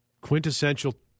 Quintessential